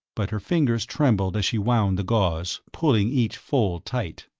but her fingers trembled as she wound the gauze, pulling each fold tight.